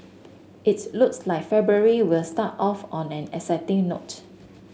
it's looks like February will start off on an exciting note